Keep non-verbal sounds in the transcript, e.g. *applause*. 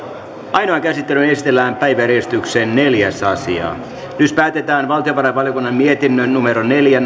ainoaan käsittelyyn esitellään päiväjärjestyksen neljäs asia nyt päätetään valtiovarainvaliokunnan mietinnön neljä *unintelligible*